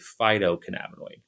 phytocannabinoid